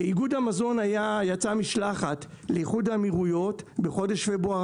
איגוד המזון יצאה משלחת לאיחוד האמירויות בחודש פברואר